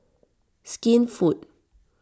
Skinfood